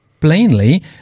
plainly